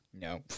No